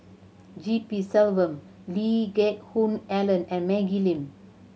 G P Selvam Lee Geck Hoon Ellen and Maggie Lim